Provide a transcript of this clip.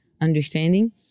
understanding